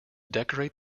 decorate